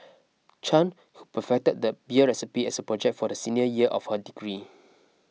Chan who perfected the beer recipe as a project for the senior year of her degree